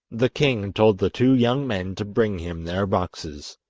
the king told the two young men to bring him their boxes.